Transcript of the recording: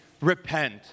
Repent